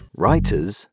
writers